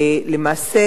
למעשה,